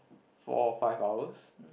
four or five hours